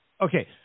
Okay